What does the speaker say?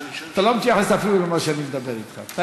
אתה אפילו לא מתייחס למה שאני אומר לך.